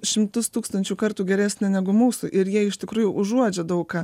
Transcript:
šimtus tūkstančių kartų geresnė negu mūsų ir jie iš tikrųjų užuodžia daug ką